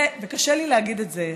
קשה לי להגיד את זה,